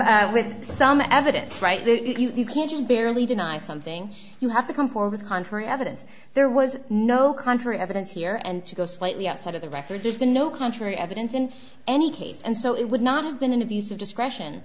true with some evidence right there you can just barely deny something you have to come forward contrary evidence there was no contrary evidence here and to go slightly outside of the record there's been no contrary evidence in any case and so it would not have been an abuse of discretion